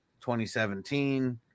2017